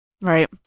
Right